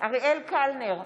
אריאל קלנר,